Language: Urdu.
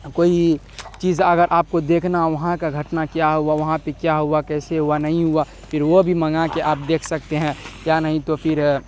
کوئی چیز اگر آپ کو دیکھنا وہاں کا گھٹنا کیا ہوا وہاں پہ کیا ہوا کیسے ہوا نہیں ہوا پھر وہ بھی منگا کے آپ دیکھ سکتے ہیں یا نہیں تو پھر